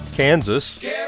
Kansas